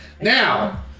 Now